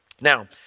Now